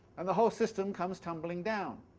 and the whole system comes tumbling down.